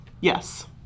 Yes